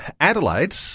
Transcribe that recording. Adelaide